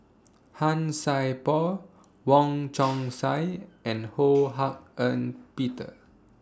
Han Sai Por Wong Chong Sai and Ho Hak Ean Peter